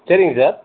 சரிங்க சார்